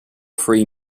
free